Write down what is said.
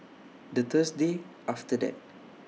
The Thursday after that